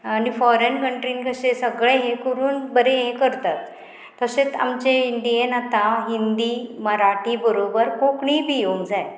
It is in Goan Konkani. आनी फॉरेन कंट्रीन कशें सगळें हें करून बरें हें करतात तशेंच आमचें इंडियेन आतां हिंदी मराठी बरोबर कोंकणीय बी येवंक जाय